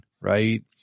right